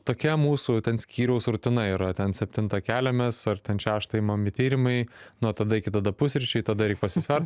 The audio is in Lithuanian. tokia mūsų skyriaus rutina yra ten septintą keliamės ar ten šeštą imami tyrimai nuo tada iki tada pusryčiai tada reik pasisvert